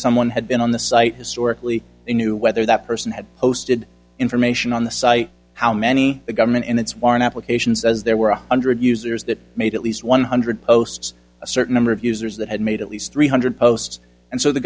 someone had been on the site historically they knew whether that person had posted information on the site how many the government in its warrant applications as there were one hundred users that made at least one hundred posts a certain number of users that had made at least three hundred posts and so the